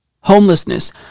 homelessness